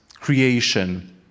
creation